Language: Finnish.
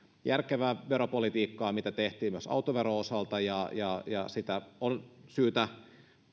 järkevää veropolitiikkaa mitä tehtiin myös autoveron osalta ja ja on syytä